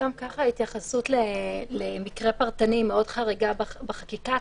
גם ככה ההתייחסות למקרה פרטני היא מאוד חריגה בחקיקה.